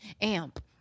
amp